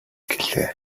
гэлээ